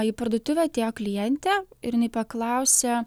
į parduotuvę atėjo klientė ir jinai paklausė